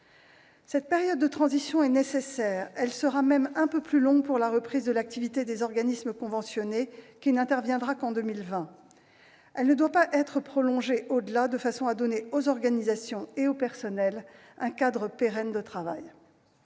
Cette période de transition est nécessaire, elle sera même un peu plus longue pour la reprise de l'activité des organismes conventionnés qui n'interviendra qu'en 2020. Elle ne doit pas être prolongée au-delà, de façon à donner aux organisations et aux personnels un cadre pérenne de travail.